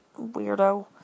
weirdo